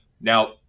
Now